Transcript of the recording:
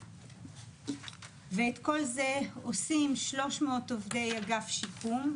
ואת כל זה עושים 300 עובדי אגף שיקום.